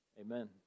Amen